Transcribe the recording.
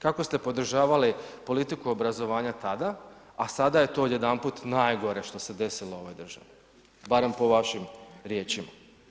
Kako ste podržavali politiku obrazovanja tada, a sada je to odjedanput najgore što se desilo u ovoj državi, barem po vašim riječima.